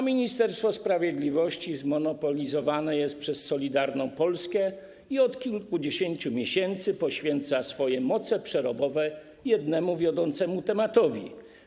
A Ministerstwo Sprawiedliwości zmonopolizowane jest przez Solidarną Polskę i od kilkudziesięciu miesięcy poświęca swoje moce przerobowe jednemu wiodącemu tematowi.